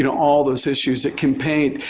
and all those issues that can paint,